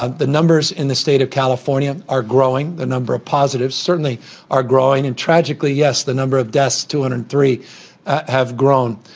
ah the numbers in the state of california are growing. the number of positives certainly are growing. and tragically, yes, the number of deaths, two hundred and three have grown.